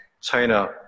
China